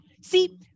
See